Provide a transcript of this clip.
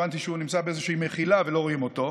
הבנתי שהוא נמצא באיזושהי מחילה ולא רואים אותו,